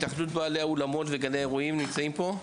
התאחדות בעלי האולמות וגני האירועים, נמצאים פה?